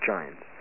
Giants